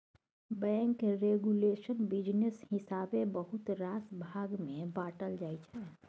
bank regulation business हिसाबेँ बहुत रास भाग मे बाँटल जाइ छै